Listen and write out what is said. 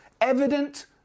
evident